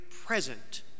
present